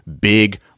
big